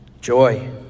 joy